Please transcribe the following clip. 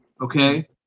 okay